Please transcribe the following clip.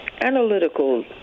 analytical